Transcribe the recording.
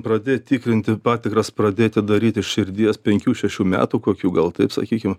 pradėt tikrinti patikras pradėti daryti širdies penkių šešių metų kokių gal taip sakykim